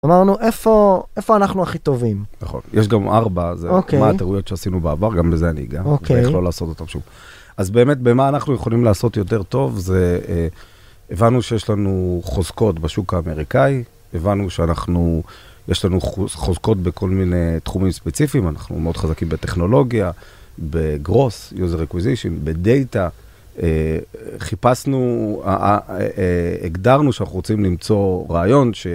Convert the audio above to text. אמרנו, איפה אנחנו הכי טובים? נכון, יש גם ארבע, מה הטעויות שעשינו בעבר, גם לזה אני אגע. אוקיי. ואיך לא לעשות אותן שוב. אז באמת, במה אנחנו יכולים לעשות יותר טוב, זה הבנו שיש לנו חוזקות בשוק האמריקאי, הבנו שיש לנו חוזקות בכל מיני תחומים ספציפיים, אנחנו מאוד חזקים בטכנולוגיה, בגרוס, user acquisition, בדאטה. חיפשנו, הגדרנו שאנחנו רוצים למצוא רעיון,